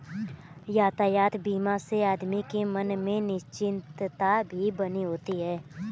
यातायात बीमा से आदमी के मन में निश्चिंतता भी बनी होती है